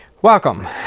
Welcome